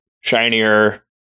shinier